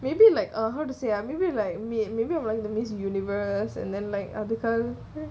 maybe like uh how to say ah maybe like may~ maybe I'm like miss universe and then like how to call